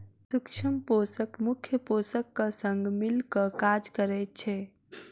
सूक्ष्म पोषक मुख्य पोषकक संग मिल क काज करैत छै